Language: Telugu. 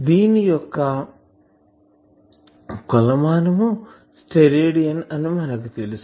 దీని యొక్క కొలమానము స్టెరేడియన్ అని మనకు తెలుసు